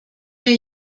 mir